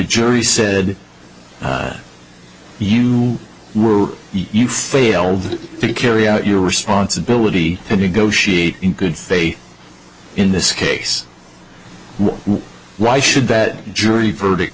jury said you were you failed to carry out your responsibility to negotiate in good faith in this case why should that jury verdict